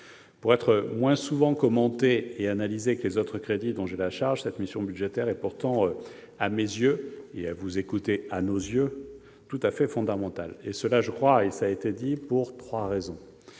Peut-être moins souvent commentée ou analysée que les autres crédits dont j'ai la charge, cette mission budgétaire est pourtant à mes yeux- et à vous écouter, à vos yeux aussi -tout à fait fondamentale, et ce pour trois raisons,